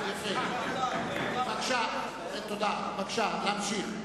בבקשה להמשיך.